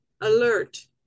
alert